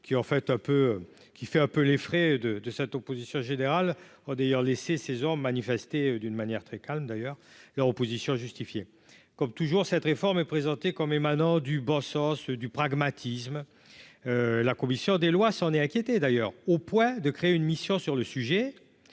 qui fait un peu les frais de de cette opposition générale d'ailleurs laissé ses ont manifesté d'une manière très calme d'ailleurs leur opposition justifiée, comme toujours, cette réforme est présentée comme émanant du bon sens, du pragmatisme, la commission des lois, s'en est inquiété d'ailleurs au point de créer une mission sur le sujet